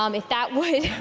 um if that would